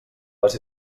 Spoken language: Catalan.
les